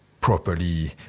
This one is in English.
properly